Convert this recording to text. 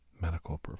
medical